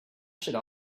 should